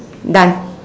done